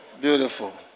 Beautiful